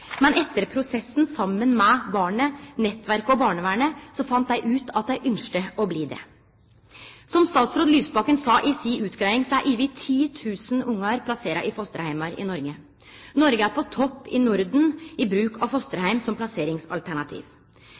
Men etter prosessen – saman med barnet, nettverk og barnevernet – fann dei ut at dei ynskte å bli det. Som statsråd Lysbakken sa i si utgreiing, er over 10 000 barn plasserte i fosterheimar i Noreg. Noreg er på topp i Norden i bruk av fosterheim som plasseringsalternativ.